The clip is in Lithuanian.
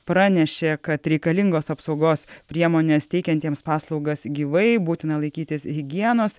pranešė kad reikalingos apsaugos priemonės teikiantiems paslaugas gyvai būtina laikytis higienos